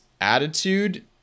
attitude